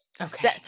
Okay